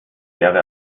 wäre